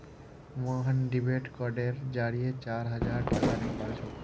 Mohan debit कार्डेर जरिए चार हजार टाका निकलालछोक